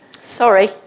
Sorry